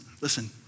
listen